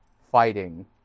fighting